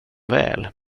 väl